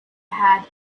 had